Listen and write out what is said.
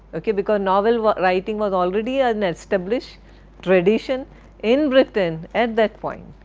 ok because novel but writing was already an established tradition in britain at that point,